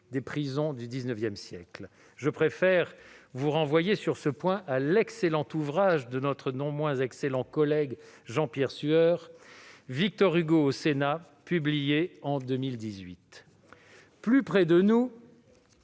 des prisons du XIX siècle. Je préfère vous renvoyer sur ce point à l'excellent ouvrage de notre non moins excellent collègue Jean-Pierre Sueur, publié en 2018. Plus près de nous,